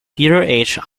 peter